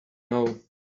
know